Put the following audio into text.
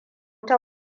ta